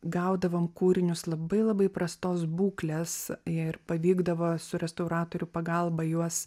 gaudavom kūrinius labai labai prastos būklės ir pavykdavo su restauratorių pagalba juos